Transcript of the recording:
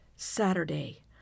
saturday